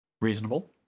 Reasonable